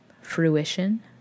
Fruition